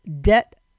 debt